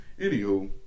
Anywho